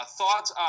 thoughts